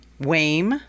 WAME